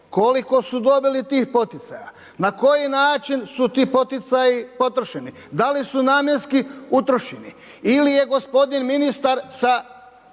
koliko su dobili tih poticaja, na koji način su ti poticaji potrošeni, da li su namjenski utrošeni, ili je gospodin ministar sa